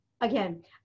again